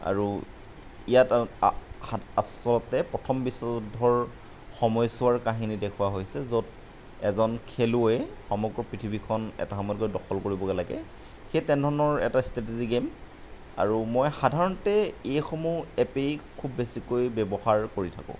আৰু ইয়াত আচলতে প্ৰথম বিশ্ব যুদ্ধৰ সময়ছোৱাৰ কাহিনী দেখুওৱা হৈছে য'ত এজন খেলুৱৈয়ে সমগ্ৰ পৃথিৱীখন এটা সময়ত গৈ দখল কৰিবগৈ লাগে সেই তেনেধৰণৰ এটা গে'ম আৰু মই সাধাৰণতে এইসমূহ এপেই খুব বেছিকৈ ব্যৱহাৰ কৰি থাকোঁ